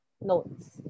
notes